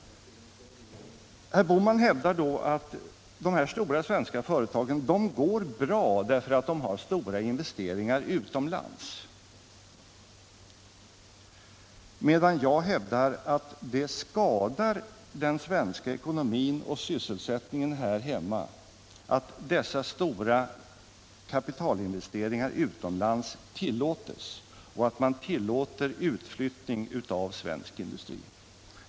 Herr Bohman hävdar att de stora svenska företagen går bra därför att de gör stora investeringar utomlands, medan jag hävdar att det skadar den svenska ekonomin och sysselsättningen här hemma att dessa stora kapitalinvesteringar utomlands tillåts och att man tillåter utflyttning av svensk industri.